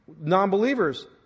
non-believers